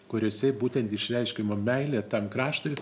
kuriuose būtent išreiškiama meilė tam kraštui